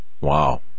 Wow